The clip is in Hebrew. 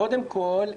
קודם כול,